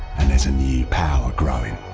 and there's a new power growing.